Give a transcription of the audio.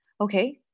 okay